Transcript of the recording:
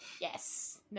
Yes